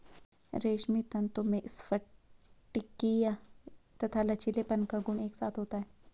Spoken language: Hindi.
रेशमी तंतु में स्फटिकीय तथा लचीलेपन का गुण एक साथ होता है